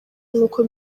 nk’uko